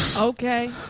Okay